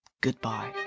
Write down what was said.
goodbye